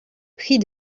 pris